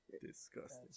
disgusting